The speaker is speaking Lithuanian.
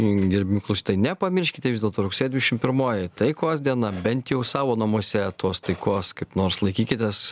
gerbiami klausytojai nepamirškite vis dėlto rugsėjo dvidešim pirmoji taikos diena bent jau savo namuose tos taikos kaip nors laikykitės